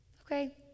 okay